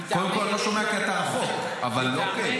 קודם כול אני לא שומע כי אתה רחוק, אבל אוקיי.